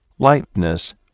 lightness